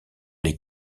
les